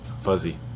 fuzzy